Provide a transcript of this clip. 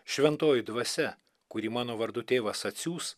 šventoji dvasia kurį mano vardu tėvas atsiųs